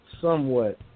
Somewhat